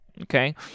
Okay